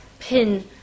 pin